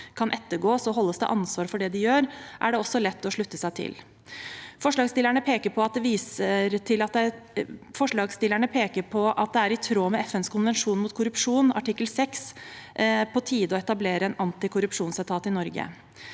kan ettergås og holdes til ansvar for det de gjør, er det også lett å slutte seg til. Forslagsstillerne peker på at det i tråd med artikkel 6 i FNs konvensjon om korrupsjon er på tide å etablere en antikorrupsjonsetat i Norge.